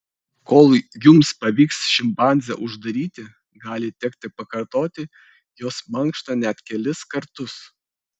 kol jums pavyks šimpanzę uždaryti gali tekti pakartoti jos mankštą net kelis kartus